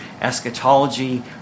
eschatology